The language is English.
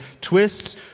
twists